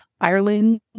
Ireland